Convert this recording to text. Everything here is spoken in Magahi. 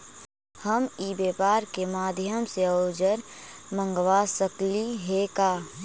हम ई व्यापार के माध्यम से औजर मँगवा सकली हे का?